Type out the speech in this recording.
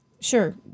Sure